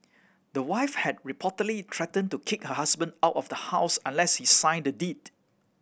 the wife had reportedly threatened to kick her husband out of the house unless he signed the deed